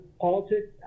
politics